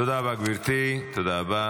תודה רבה, גברתי, תודה רבה.